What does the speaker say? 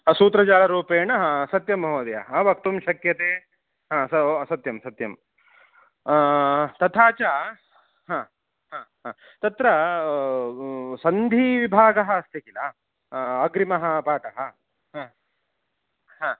सूत्ररूपेण सत्यं महोदय वक्तुं शक्यते ओ स सत्यं सत्यं तथा च तत्र सन्धिविभागः अस्ति किल अग्रिमः भागः